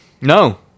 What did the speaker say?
No